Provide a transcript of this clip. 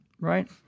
right